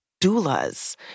doulas